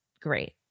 great